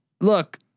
Look